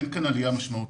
אין כאן עלייה משמעותית.